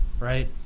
right